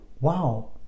wow